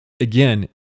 again